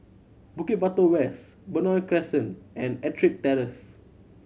Bukit Batok West Benoi Crescent and Ettrick Terrace